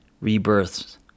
Rebirths